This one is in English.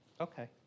Okay